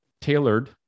tailored